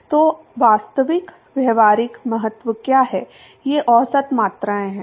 तो वास्तविक व्यावहारिक महत्व क्या है ये औसत मात्राएं हैं